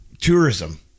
tourism